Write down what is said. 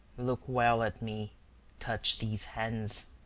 look well at me touch these hands.